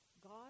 God